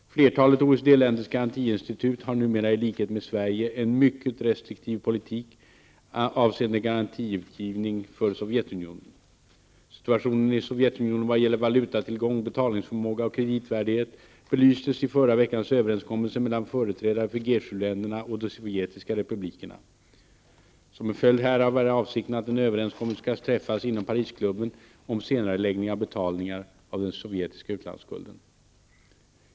Flertalet OECD-länders garantiinstitut har numera i likhet med Sverige en mycket restriktiv politik avseende garantigivning för Sovjetunionen. Situationen i Sovjetunionen vad gäller valutatillgång, betalningsförmåga och kreditvärdighet belystes i förra veckans överenskommelse mellan företrädare för G 7 länderna och de sovjetiska republikerna. Som en följd härav är avsikten att en överenskommelse skall träffas inom Parisklubben om senareläggning av betalningar av den sovjetiska utlandsskulden.